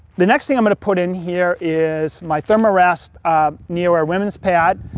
the next thing i'm gonna put in here is my therm-a-rest neoair women's pad.